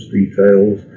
details